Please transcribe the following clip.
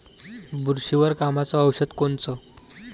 बुरशीवर कामाचं औषध कोनचं?